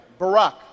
Barack